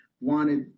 wanted